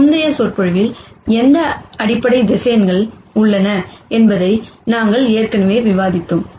முந்தைய விரிவுரையில் எந்த அடிப்படை வெக்டார் உள்ளன என்பதை நாங்கள் ஏற்கனவே விவாதித்தோம்